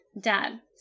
Dad